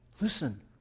Listen